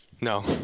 no